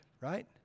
right